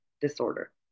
disorder